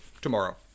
tomorrow